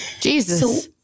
Jesus